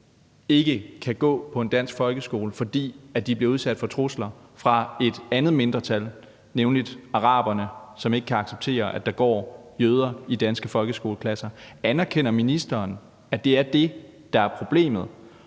ikke kan gå på en dansk folkeskole, fordi de bliver udsat for trusler fra et andet mindretal, nemlig araberne, som ikke kan acceptere, at der går jøder i danske folkeskoleklasser. Anerkender ministeren, at det er det, der er problemet,